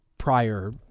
prior